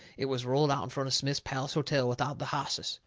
it was rolled out in front of smith's palace hotel without the hosses.